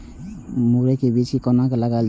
मुरे के बीज कै कोना लगायल जाय?